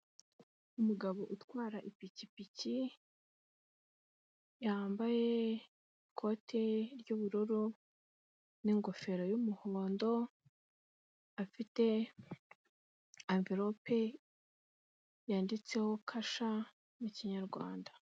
Umugabo utwara ipikipiki yambaye ikote ry'ubururu n'ingofero y'umuhondo, afite amverope yanditseho Kasha mu kinyarwanda.